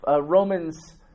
Romans